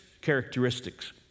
characteristics